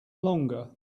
longer